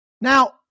Now